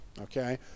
Okay